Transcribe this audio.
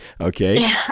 Okay